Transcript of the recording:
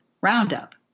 Roundup